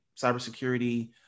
cybersecurity